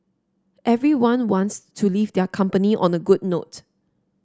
everyone wants to leave their company on a good note